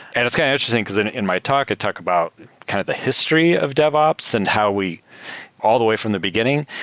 and it's kind of interesting, because in in my talk, i talk about kind of the history of devops and how we all the way from the beginning.